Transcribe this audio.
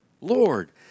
Lord